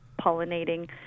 pollinating